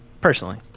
personally